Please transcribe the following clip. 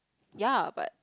ya but